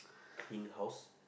in house